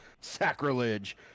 sacrilege